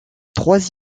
trois